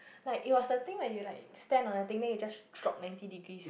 like it was the the thing like you just stand on the thing then you just drop ninety degrees